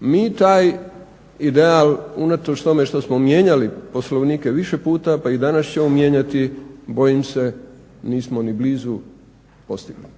Mi taj ideal unatoč tome što smo mijenjali Poslovnike više puta, pa i danas ćemo mijenjati bojim se nismo ni blizu postignu.